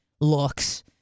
looks